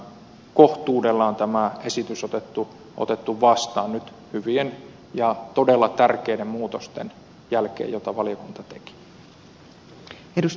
niissä on tämä esitys nyt ainakin ihan kohtuudella otettu vastaan niiden hyvien ja todella tärkeiden muutosten jälkeen joita valiokunta teki